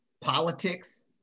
politics